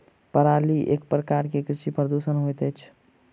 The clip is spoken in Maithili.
पराली एक प्रकार के कृषि प्रदूषण होइत अछि